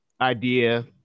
idea